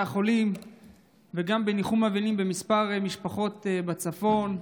החולים וגם בניחום אבלים בכמה משפחות בצפון,